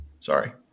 Sorry